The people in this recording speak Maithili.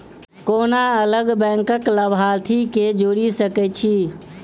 कोना अलग बैंकक लाभार्थी केँ जोड़ी सकैत छी?